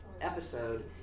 episode